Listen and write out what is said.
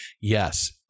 Yes